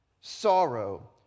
sorrow